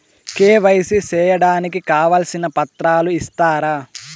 KYC సేయడానికి కావాల్సిన పత్రాలు ఇస్తారా?